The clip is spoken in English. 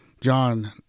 john